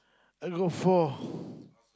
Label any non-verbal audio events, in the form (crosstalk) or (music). I got four (breath)